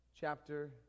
chapter